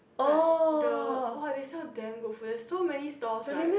like the !wah! they sell damn good food there's so many stalls right